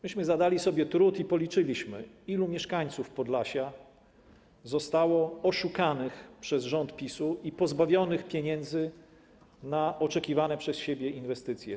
Myśmy zadali sobie trud i policzyliśmy, ilu mieszkańców Podlasia zostało oszukanych przez rząd PiS-u i pozbawionych pieniędzy na oczekiwane przez nich inwestycje.